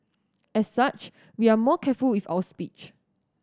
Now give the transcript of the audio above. as such we are more careful with our speech